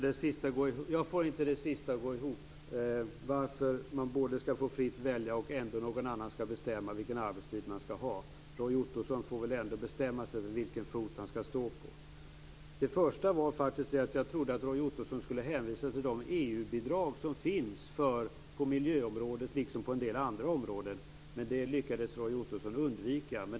Fru talman! Jag får inte det sistnämnda att gå ihop, dvs. att man skall få välja fritt men att någon annan skall bestämma vilken arbetstid man skall ha. Roy Ottosson får väl ändå bestämma sig för vilken fot han skall stå på. Jag trodde att Roy Ottosson skulle hänvisa till de EU-bidrag som finns på miljöområdet liksom på en del andra områden men det lyckades han undvika.